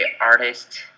artist